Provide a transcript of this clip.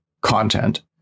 content